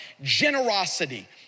generosity